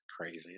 crazy